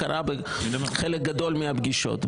זה קרה בחלק גדול מהפגישות.